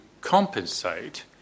compensate